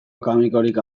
akademikorik